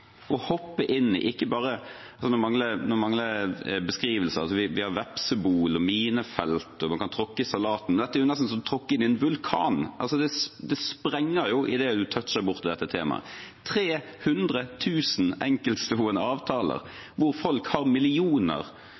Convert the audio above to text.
hoppe inn i ikke bare – nå mangler jeg beskrivelser – vepsebol og minefelt, og man kan tråkke i salaten, men dette er jo nesten som å tråkke inn i en vulkan. Det sprenger jo idet man toucher borti dette temaet. Det er 300 000 enkeltstående avtaler hvor folk har millioner